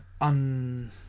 un